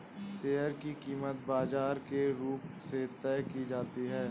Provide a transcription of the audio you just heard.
share की कीमत बाजार के रुख से तय की जाती है